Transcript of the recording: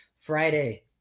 friday